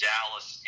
Dallas